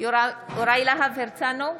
יוראי להב הרצנו,